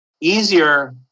easier